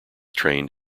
trained